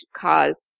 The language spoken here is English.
cause